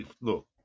Look